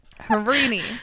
Harini